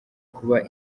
kuba